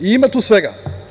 Ima tu svega.